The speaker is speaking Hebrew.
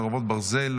חרבות ברזל),